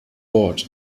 board